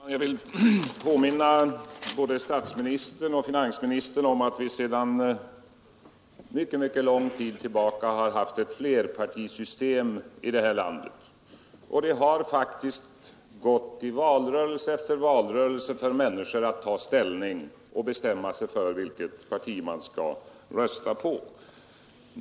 Herr talman! Jag vill påminna både statsministern och finansministern om att vi sedan mycket lång tid tillbaka har haft ett flerpartisystem här i landet. Det har faktiskt gått i valrörelse efter valrörelse för människor att ta ställning och bestämma sig för vilket parti man skall rösta på.